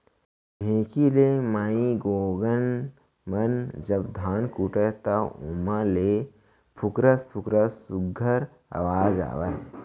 ढेंकी ले माईगोगन मन जब धान कूटय त ओमा ले भुकरस भुकरस सुग्घर अवाज आवय